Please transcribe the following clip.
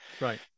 Right